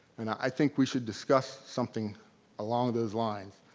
and i think we should discuss something along those lines.